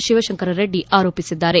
ಶಿವಶಂಕರರೆಡ್ಡಿ ಆರೋಪಿಸಿದ್ದಾರೆ